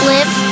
Live